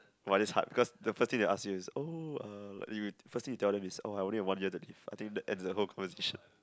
!wah! that's hard because the first thing they will ask you is oh uh you first thing you tell them is oh I only have one year to live I think that ends the whole conversation